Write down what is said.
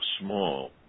small